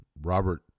Robert